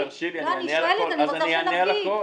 גברתי, תרשי לי, אני אענה על הכול.